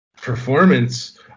performance